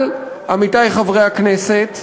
אבל, עמיתי חברי הכנסת,